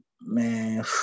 man